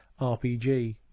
RPG